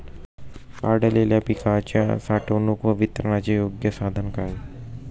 काढलेल्या पिकाच्या साठवणूक व वितरणाचे योग्य साधन काय?